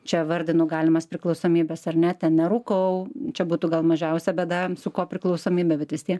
čia vardinu galimas priklausomybes ar ne ten nerūkau čia būtų gal mažiausia bėda su kopriklausomybė bet vis tiek